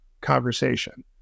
conversation